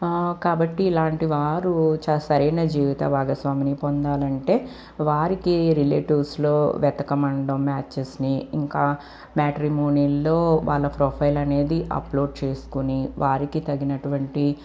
కాబట్టి ఇలాంటి వారు సరైన జీవిత భాగస్వామిని పొందాలంటే వారికి రిలెటివ్స్లో వెతక మనడం మ్యాచెస్ని ఇంకా మ్యాట్రిమోనిలో వాళ్ళ ప్రొఫైల్ అనేది అప్లోడ్ చేస్కుని వారికి తగినటువంటి